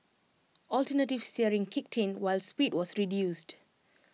alternative steering kicked in while speed was reduced